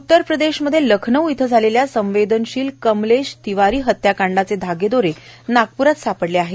उत्तर प्रदेश्वमध्ये लखनऊ इथं झालेल्या संवेदनशिल कमलेश तिवारी हत्याकांडाचे बागेदोरे नागपूरात सापडले आहेत